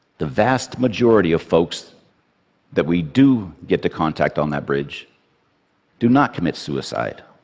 the vast majority of folks that we do get to contact on that bridge do not commit suicide.